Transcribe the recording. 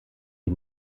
die